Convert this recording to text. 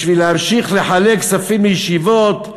בשביל להמשיך לחלק כספים לישיבות,